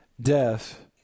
death